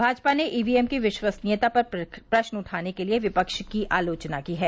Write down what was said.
भाजपा ने E V M की विश्वसनीयता पर प्रश्न उठाने के लिए विपक्ष की आलोचना की है